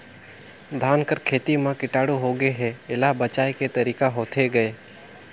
धान कर खेती म कीटाणु होगे हे एला बचाय के तरीका होथे गए?